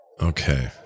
Okay